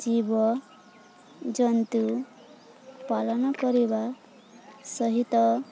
ଜୀବଜନ୍ତୁ ପାଳନ କରିବା ସହିତ